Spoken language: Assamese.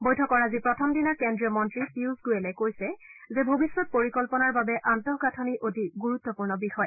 বৈঠকৰ আজি প্ৰথম দিনা কেন্দ্ৰীয় মন্ত্ৰী পিয়ুষ গোয়েলে কৈছে যে ভৱিষ্যৎ পৰিকল্পনাৰ বাবে আন্তঃগাঁথনি অতি গুৰুত্পূৰ্ণ বিষয়